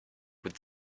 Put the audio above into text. with